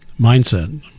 mindset